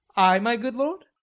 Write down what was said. ay, my good lord.